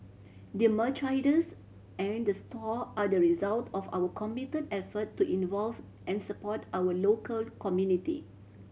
the merchandise and the store are the result of our committed effort to involve and support our local community